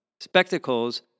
Spectacles